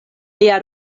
lia